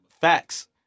Facts